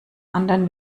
anderen